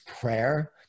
prayer